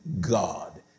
God